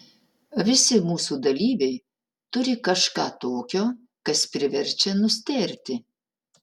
visi mūsų dalyviai turi kažką tokio kas priverčia nustėrti